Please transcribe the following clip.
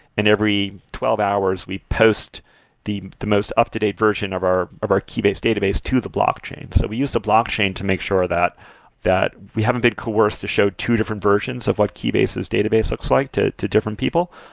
in every twelve hours, we post the the most up to-date version of our of our keybase database to the blockchain. so we use the blockchain to make sure that that we haven't been coerced to show two different versions of what keybase's database looks like to to different people.